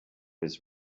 was